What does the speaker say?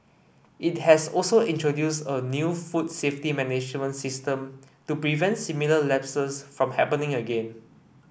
it has also introduced a new food safety management system to prevent similar lapses from happening again